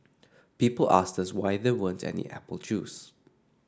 people asked us why there weren't any apple juice